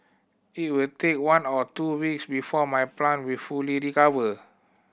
it will take one or two weeks before my plant will fully recover